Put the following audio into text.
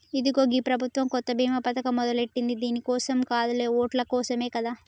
ఇదిగో గీ ప్రభుత్వం కొత్త బీమా పథకం మొదలెట్టింది దీని కోసం కాదులే ఓట్ల కోసమే కదా